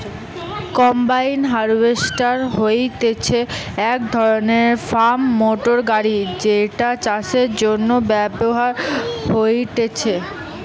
combine harvester হতিছে এক ধরণের ফার্ম মোটর গাড়ি যেটা চাষের জন্য ব্যবহার হয়েটে